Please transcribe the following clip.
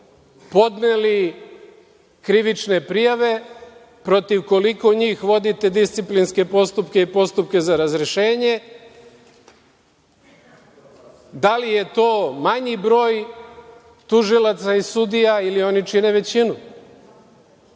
podneli krivične prijave, protiv koliko njih vodite disciplinske postupke i postupke za razrešenje? Da li je to manji broj tužilaca i sudija ili oni čine većinu? Možda